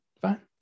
Fine